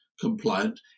compliant